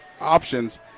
options